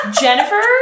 Jennifer